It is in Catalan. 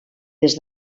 des